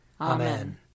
Amen